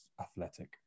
athletic